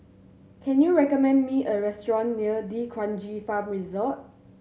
can you recommend me a restaurant near D'Kranji Farm Resort